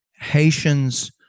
Haitians